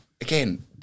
again